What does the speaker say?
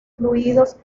fluidos